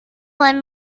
lend